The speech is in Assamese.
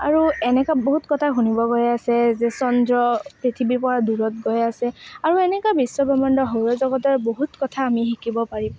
আৰু এনেকুৱা বহুত কথা শুনিব গৈ আছে যে চন্দ্ৰ পৃথিৱীৰ পৰা দূৰত গৈ আছে আৰু এনেকুৱা বিশ্বব্ৰক্ষ্মাণ্ডৰ সৌৰজগতৰ বহুত কথা আমি শিকিব পাৰিম